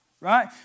right